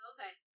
Okay